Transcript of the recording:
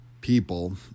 people